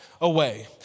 away